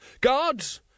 Guards